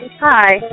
Hi